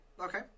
Okay